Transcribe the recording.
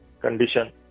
condition